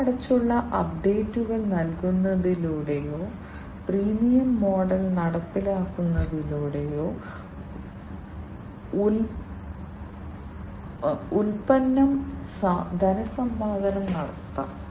പണമടച്ചുള്ള അപ്ഡേറ്റുകൾ നൽകുന്നതിലൂടെയോ freemium model നടപ്പിലാക്കുന്നതിലൂടെയോ ഉൽപ്പന്നം ധനസമ്പാദനം നടത്താം